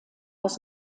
aus